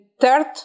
Third